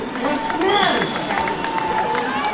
what's the matter? shouted my master.